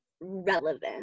relevant